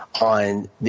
on